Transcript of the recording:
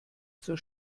zur